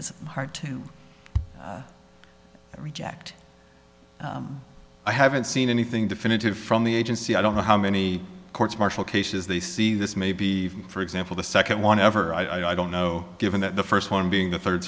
is hard to reject i haven't seen anything definitive from the agency i don't know how many courts martial cases they see this maybe even for example the second one ever i don't know given that the first one being the third